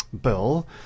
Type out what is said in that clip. bill